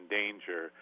danger